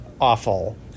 awful